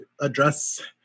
address